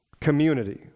community